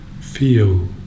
feel